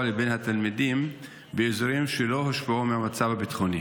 לבין התלמידים באזורים שלא הושפעו מהמצב הביטחוני?